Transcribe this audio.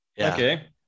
Okay